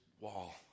wall